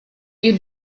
you